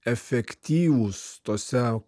efektyvūs tose